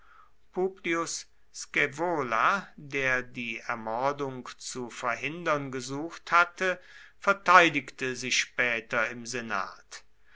scaevola der die ermordung zu verhindern gesucht hatte verteidigte sie später im senat